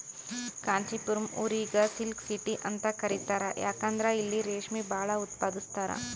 ಕಾಂಚಿಪುರಂ ಊರಿಗ್ silk city ಅಂತ್ ಕರಿತಾರ್ ಯಾಕಂದ್ರ್ ಇಲ್ಲಿ ರೇಶ್ಮಿ ಭಾಳ್ ಉತ್ಪಾದಸ್ತರ್